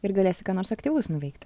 ir galėsi ką nors aktyvus nuveikt